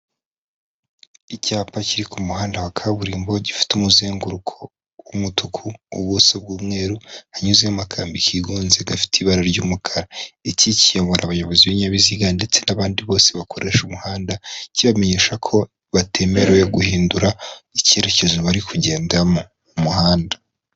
Icyapa kiri ku muhanda wa kaburimbo gifite umuzenguruko w'umutuku ubuso bw'umweru hanyuzemo akambi kigonze gafite ibara ry'umukara, iki kiyobora abayobozi b'ibinyabiziga ndetse n'abandi bose bakoresha umuhanda kibamenyesha ko batemerewe guhindura icyerekezo bari kugendamo mu muhanda.